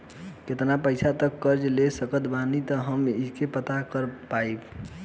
केतना पैसा तक कर्जा ले सकत बानी हम ई कइसे पता कर पाएम?